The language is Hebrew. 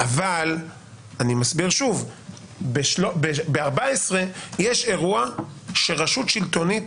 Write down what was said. אני מסביר שוב: ב-14 יש אירוע שרשות שלטונית